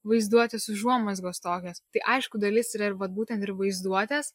vaizduotės užuomazgos tokios tai aišku dalis yra ir vat būtent ir vaizduotės